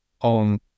on